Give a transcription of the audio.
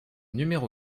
numéro